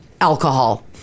alcohol